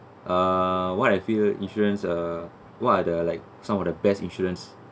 uh what I feel insurance uh what are like some of the best insurance